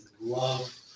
love